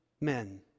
men